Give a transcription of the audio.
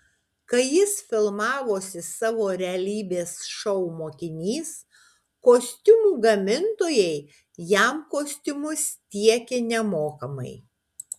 kai jis filmavosi savo realybės šou mokinys kostiumų gamintojai jam kostiumus tiekė nemokamai